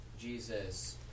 Jesus